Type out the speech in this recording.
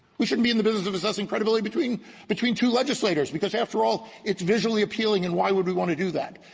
we shouldn't be in the business of assessing credibility between between two legislators, because after all, it's visually appealing, and why would we want to do that?